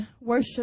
worship